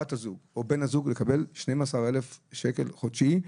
הזוג או בן הזוג לקבל 12,000 שקל חודשי,